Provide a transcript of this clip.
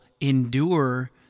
endure